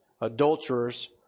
adulterers